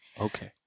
Okay